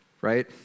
right